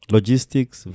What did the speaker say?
Logistics